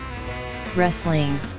Wrestling